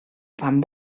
fan